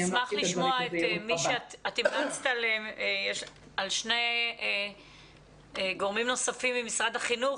את המלצת על שני גורמים נוספים ממשרד החינוך,